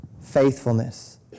faithfulness